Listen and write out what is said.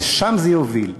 לשם זה יוביל,